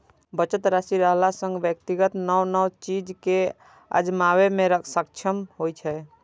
बचत राशि रहला सं व्यक्ति नव नव चीज कें आजमाबै मे सक्षम होइ छै